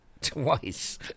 Twice